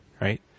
right